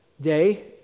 day